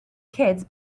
kids